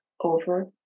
over